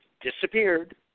disappeared